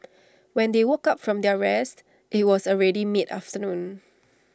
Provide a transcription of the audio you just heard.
when they woke up from their rest IT was already mid afternoon